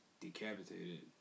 decapitated